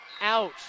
Out